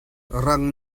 rang